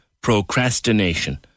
Procrastination